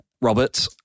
Robert